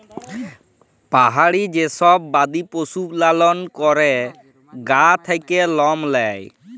পাহাড়ি যে সব বাদি পশু লালল ক্যরে গা থাক্যে লম লেয়